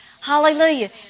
Hallelujah